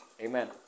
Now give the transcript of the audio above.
Amen